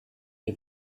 you